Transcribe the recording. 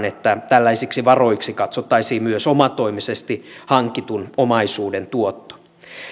että tällaisiksi varoiksi katsottaisiin myös omatoimisesti hankitun omaisuuden tuotto